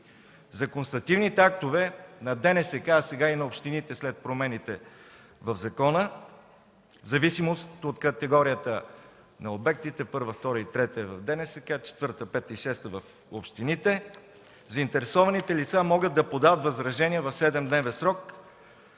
За констативните актове на ДНСК, а сега и на общините след промените в закона, в зависимост от категорията на обектите - първа, втора и трета е в ДНСК, а четвърта, пета и шеста - в общините. Заинтересованите лица могат да подават възражение в 7-дневен срок